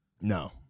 No